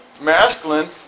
masculine